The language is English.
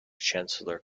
chancellor